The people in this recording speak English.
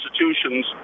institutions